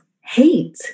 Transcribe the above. hate